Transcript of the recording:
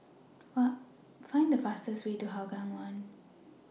Find The fastest Way to Hougang one